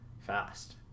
fast